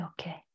okay